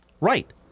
Right